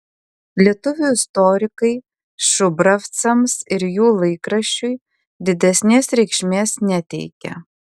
lietuvių istorikai šubravcams ir jų laikraščiui didesnės reikšmės neteikia